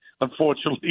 unfortunately